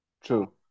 True